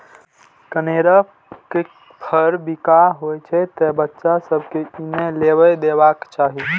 कनेरक फर बिखाह होइ छै, तें बच्चा सभ कें ई नै लेबय देबाक चाही